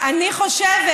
אני חושבת,